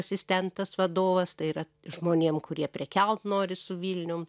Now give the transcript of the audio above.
asistentas vadovas tai yra žmonėm kurie prekiaut nori su vilnium